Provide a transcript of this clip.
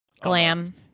Glam